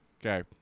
Okay